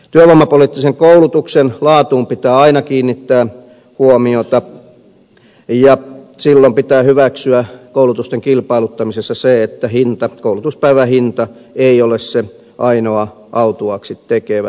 työvoimapoliittisen koulutuksen laatuun pitää aina kiinnittää huomiota ja silloin pitää hyväksyä koulutusten kilpailuttamisessa se että koulutuspäivän hinta ei ole se ainoa autuaaksi tekevä